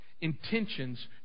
Intentions